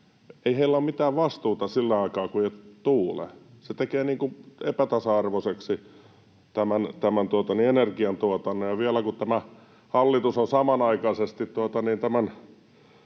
ei ole mitään vastuuta sillä aikaa, kun ei tuule. Se tekee epätasa-arvoiseksi tämän energiantuotannon, ja vielä kun tämä hallitus on samanaikaisesti tämän